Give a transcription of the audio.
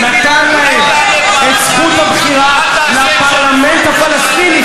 נתן להם את זכות הבחירה לפרלמנט הפלסטיני,